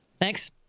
Thanks